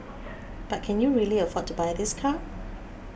but can you really afford to buy this car